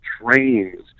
trains